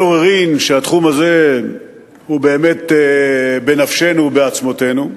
ואין עוררין שהתחום הזה הוא באמת בנפשנו ובעצמותינו,